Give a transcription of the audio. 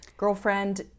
girlfriend